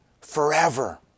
forever